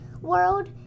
world